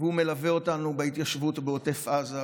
והוא מלווה אותנו בהתיישבות ובעוטף עזה,